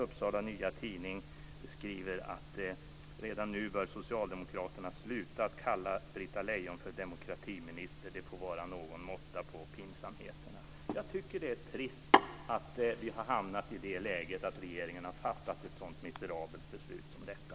Uppsala Nya Tidning skriver att socialdemokraterna redan nu bör sluta att kalla Britta Lejon för demokratiminister. Det får vara någon måtta på pinsamheterna. Jag tycker att det är trist att vi har hamnat i det läget att regeringen har fattat ett sådant miserabelt beslut som detta.